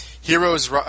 Heroes